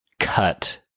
Cut